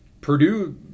Purdue